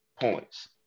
points